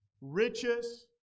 Riches